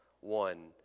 one